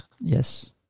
Yes